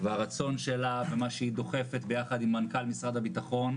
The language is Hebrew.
והרצון שלה ומה שהיא דוחפת ביחד עם מנכ"ל משרד הביטחון,